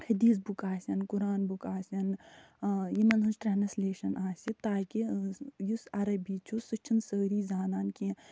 حدیٖث بُکہٕ آسَن قرآن بُکہٕ آسن یِمن ہِنٛز ٹرٛانسلیشَن آسہِ تاکہِ یُس عربی چھُ سُہ چھِنہٕ سٲری زانان کیٚنٛہہ